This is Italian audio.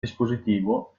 dispositivo